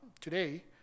today